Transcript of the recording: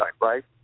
right